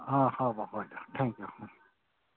অঁ হ'ব হয় দিয়ক থেংক ইউ